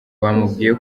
bamubwiye